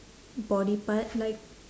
body part like